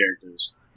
characters